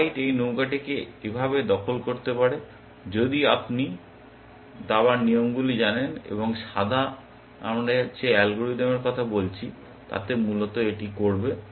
white এই নৌকাটিকে এভাবে দখল করতে পারে যদি আপনি দাবার নিয়মগুলি জানেন এবং সাদা আমরা যে অ্যালগরিদমের কথা বলছি তাতে মূলত এটি করবে